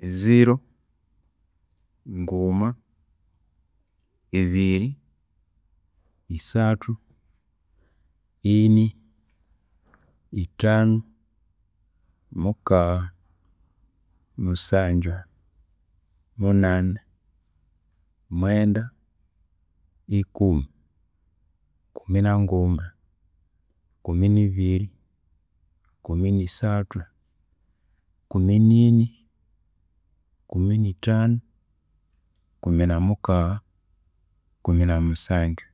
Zero, nguma, ibiri, isathu, ini, ithanu, mukagha, musanju, munani, mwenda, ikumi, Kumi nanguma, kumi nibiri, kumi nisathu, kumi nini, kumi nithanu, kumi namukagha, kumi namusanju,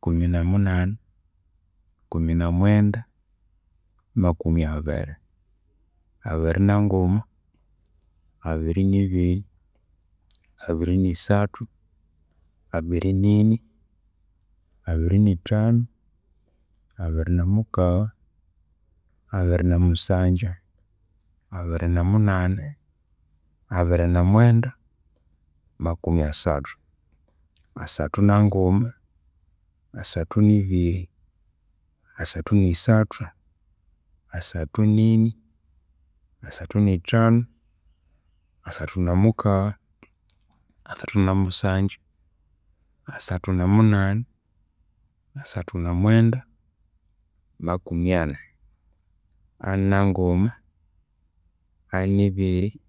kumi namunani, kumi namwenda, makumi abiri, abiri nanguma, abiri nibiri, abiri nisathu, abiri nini abiri nithanu, abiri namukagha, abiri namukagha, abiri namusanju, abiri namunani, abiri namwenda, makumi asathu, asathu nanguma, asathu nibiri, sathu nisathu, asathu nini, asathu nithanu, asathu namukagha, asathu namusanju, sathu namunani, sathu namwenda, makumi ani, ani- nanguma, ani- nibiri